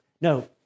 no